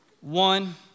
One